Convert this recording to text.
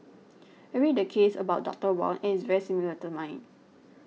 I read the case about Doctor Wong and it's very similar to mine